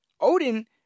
Odin